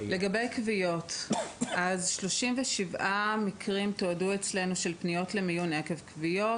לגבי כוויות: תועדו אצלנו כ-37 מקרים של פניות למיון עקב כוויות.